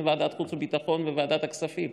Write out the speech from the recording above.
אין ועדת חוץ וביטחון וועדת כספים.